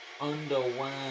underway